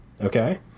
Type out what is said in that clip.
Okay